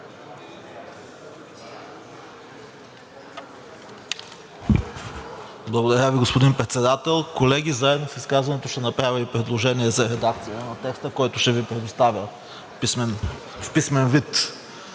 Благодаря Ви, господин Председател. Колеги, заедно с изказването ще направя и предложение за редакция на текста, който ще Ви предоставя в писмен вид.